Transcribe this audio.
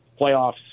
playoffs